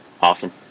Awesome